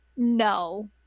No